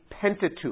Pentateuch